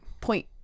Point